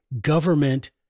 government